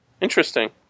interesting